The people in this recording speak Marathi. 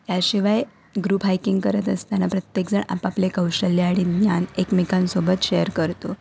याशिवाय ग्रुप हायकिंग करत असताना प्रत्येकजण आपापले कौशल्य आणि ज्ञान एकमेकांसोबत शेअर करतो